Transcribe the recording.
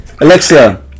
Alexa